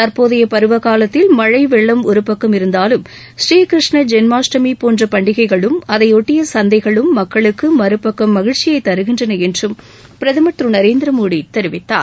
தற்போதைய பருவகாலத்தில் மழை வெள்ளம் ஒருபக்கம் இருந்தாலும் ஸ்ரீ கிருஷ்ண ஜென்மாஷ்டமி போன்ற பண்டிகைகளும் அதையொட்டிய சந்தைகளும் மக்களுக்கு மறபக்கம் மகிழ்ச்சியை தருகின்றள என்றும் பிரதமர் திரு நரேந்திரமோடி தெரிவித்தார்